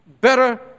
better